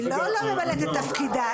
הוא לא 'לא ממלאת את תפקידה',